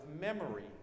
memory